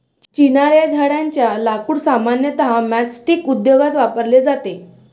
चिनार या झाडेच्या लाकूड सामान्यतः मैचस्टीक उद्योगात वापरले जाते